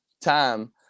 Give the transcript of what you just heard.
time